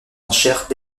enchères